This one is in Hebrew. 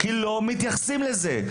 כי לא מתייחסים לזה.